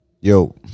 yo